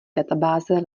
databáze